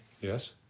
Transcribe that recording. yes